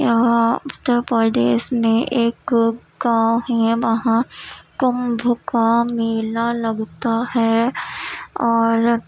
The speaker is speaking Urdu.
یہاں اتر پردیش میں ایک گاؤں ہے وہاں کمبھ کا میلہ لگتا ہے اور